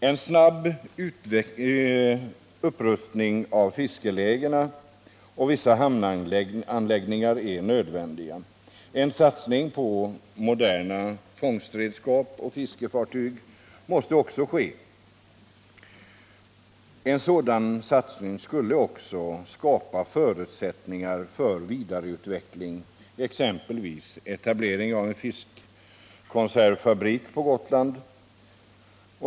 En snabb upprustning av fiskelägen och vissa hamnanläggningar är nödvändig. En satsning på moderna fångstredskap och fiskefartyg måste vidare ske. En sådan satsning skulle också skapa förutsättningar för vidareförädling, exempelvis etablering av en fiskkonservfabrik på Gotland.